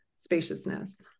spaciousness